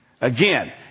Again